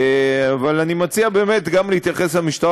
אבל אני מציע באמת גם להתייחס למשטרה,